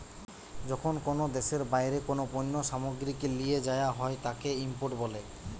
যখন কোনো দেশের বাইরে কোনো পণ্য সামগ্রীকে লিয়ে যায়া হয় তাকে ইম্পোর্ট বলে